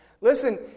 Listen